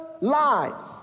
lives